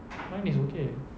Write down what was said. mine is okay